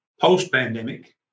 Post-pandemic